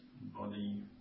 body